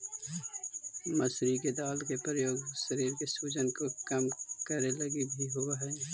मसूरी के दाल के प्रयोग शरीर के सूजन के कम करे लागी भी होब हई